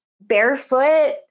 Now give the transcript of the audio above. barefoot